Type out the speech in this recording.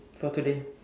for today